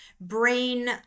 brain